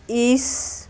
ਇਸ